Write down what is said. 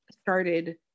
started